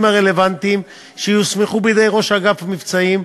הרלוונטיים שיוסמכו בידי ראש אגף המבצעים,